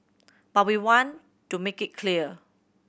but we want to make it clear